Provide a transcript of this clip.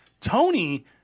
Tony